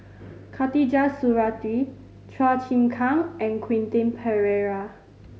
Khatijah Surattee Chua Chim Kang and Quentin Pereira